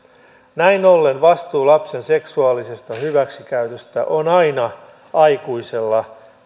näin ollen vastuu lapsen seksuaalisesta hyväksikäytöstä on aina aikuisella